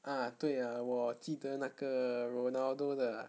ah 对 ah 我记得那个 ronaldo 的 uh